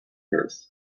earth